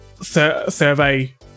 survey